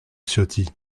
ciotti